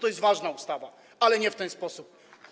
To jest ważna ustawa, ale nie można w ten sposób.